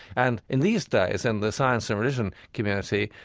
and, in these days, in the science and religion community,